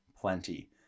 plenty